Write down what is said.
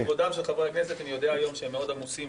לכבודם של חברי הכנסת אני יודע היום שהם מאוד עמוסים